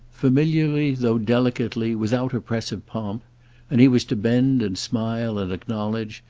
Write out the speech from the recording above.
familiarly though delicately without oppressive pomp and he was to bend and smile and acknowledge,